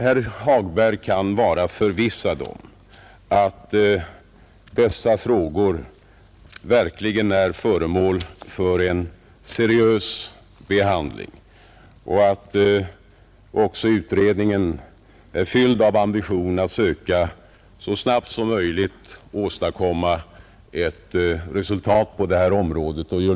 Herr Hagberg kan vara förvissad om att dessa frågor verkligen är föremål för en seriös behandling och att utredningen är uppfylld av ambitionen att så snabbt som möjligt söka åstadkomma ett resultat på detta område.